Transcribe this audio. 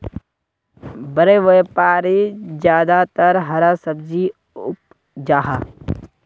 बड़े व्यापारी ज्यादातर हरा सब्जी उपजाहा